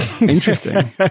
Interesting